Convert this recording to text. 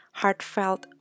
heartfelt